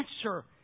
answer